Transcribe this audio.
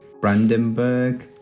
Brandenburg